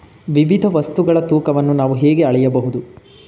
ವಿವಿಧ ವಸ್ತುಗಳ ತೂಕವನ್ನು ನಾವು ಹೇಗೆ ಅಳೆಯಬಹುದು?